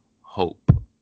Hope